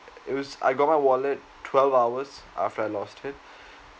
it was I got my wallet twelve hours after I lost it